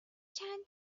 چند